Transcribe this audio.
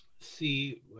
see